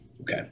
Okay